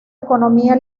economía